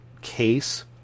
case